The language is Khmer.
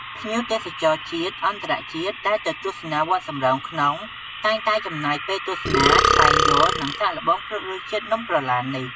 ភ្ញៀវទេសចរជាតិ អន្តរជាតិ ដែលទៅទស្សនាវត្តសំរោងក្នុង តែងតែចំណាយពេលទស្សនា ឈ្វេងយល់ និងសាកល្បងភ្លក្សរសជាតិនំក្រឡាននេះ។